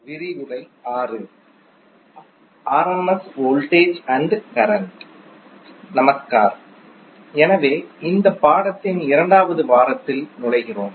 நமஸ்கார் எனவே இந்த பாடத்தின் இரண்டாவது வாரத்தில் நுழைகிறோம்